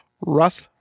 Russ